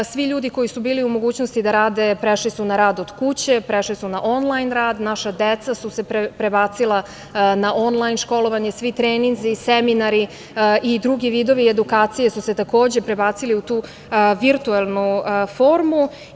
Svi ljudi koji su bili u mogućnosti da rade, prešli su na rad od kuće, prešli su na onlajn rad, naša deca su se prebacila na onlajn školovanje, svi treninzi, seminari i drugi vidovi edukacije su se takođe prebacili u tu virtuelnu formu.